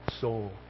soul